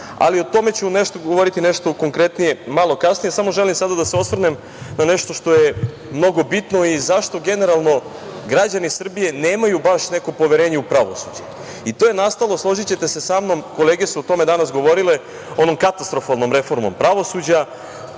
ali o tome ću govoriti nešto konkretnije malo kasnije. Sada želim da se osvrnem na nešto što je mnogo bitno i zašto generalno građani Srbije nemaju baš neko poverenje u pravosuđe i to je nastalo, složićete se samnom, kolege su o tome danas govorile, onom katastrofalnom reformom pravosuđa,